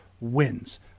wins